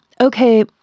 okay